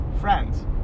Friends